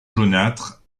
jaunâtre